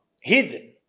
hidden